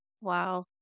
Wow